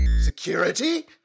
Security